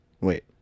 Wait